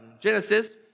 Genesis